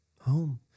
home